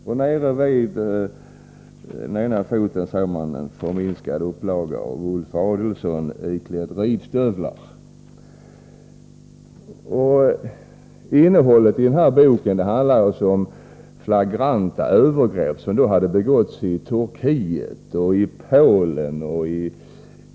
Och nere vid en fot ser man en förminskad upplaga av Ulf Adelsohn, iklädd ridstövlar. Denna bok handlar om flagranta övergrepp som har begåtts i Turkiet, Polen och Chile.